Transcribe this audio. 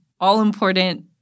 all-important